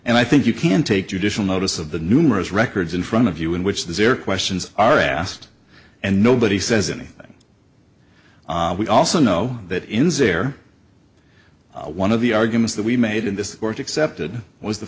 and i think you can take judicial notice of the numerous records in front of you in which their questions are asked and nobody says anything we also know that in zero or one of the arguments that we made in this court excepted was the